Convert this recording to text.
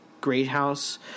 Greathouse